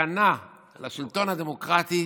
סכנה לשלטון הדמוקרטי,